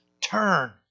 turn